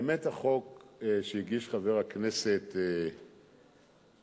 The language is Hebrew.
באמת, החוק שהגיש חבר הכנסת כץ,